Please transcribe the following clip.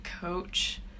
coach